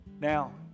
Now